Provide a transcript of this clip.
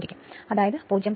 അതിനാൽ അതായത് 0